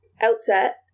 outset